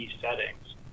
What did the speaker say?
settings